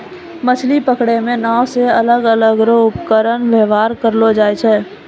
मछली पकड़ै मे नांव से अलग अलग रो उपकरण वेवहार करलो जाय छै